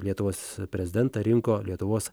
lietuvos prezidentą rinko lietuvos